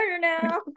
now